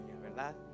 ¿verdad